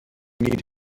need